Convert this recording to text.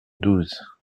douze